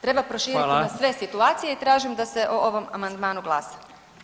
Treba [[Upadica Radin: Hvala.]] proširiti na sve situacije i tražim da se o ovom amandmanu glasa.